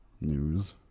News